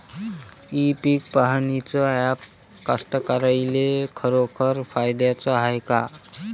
इ पीक पहानीचं ॲप कास्तकाराइच्या खरोखर फायद्याचं हाये का?